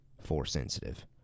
Force-sensitive